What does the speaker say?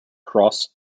cross